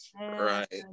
right